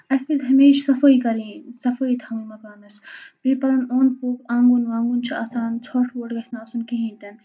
اَسہِ پَزِ ہمیشہِ صفٲی کَرٕنۍ صفٲی تھاوٕنۍ مکانَس بیٚیہِ پَنُن اوٚند پوٚک آنٛگُن وانٛگُن چھُ آسان ژھۄٹھ ووٚٹھ گَژھِ نہٕ آسُن کِہیٖنۍ تِنہٕ